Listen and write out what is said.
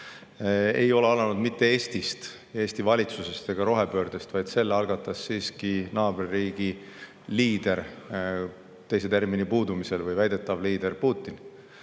ei alanud mitte Eestist, Eesti valitsusest ega rohepöördest, vaid selle algatas siiski naaberriigi liider – [ütlen nii] teise termini puudumise tõttu – või väidetav liider Putin.